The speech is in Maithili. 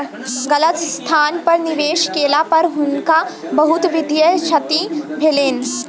गलत स्थान पर निवेश केला पर हुनका बहुत वित्तीय क्षति भेलैन